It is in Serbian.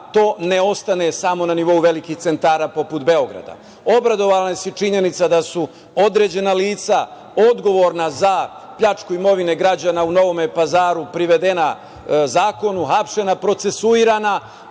to ne ostane samo na nivou velikih centara poput Beograda. Obradovala nas je činjenica da su određena lica odgovorna za pljačku imovine građana u Novom Pazaru, privedena zakonu, uhapšena, procesuirana,